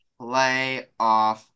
playoff